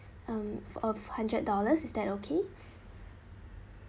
um for a hundred dollars is that okay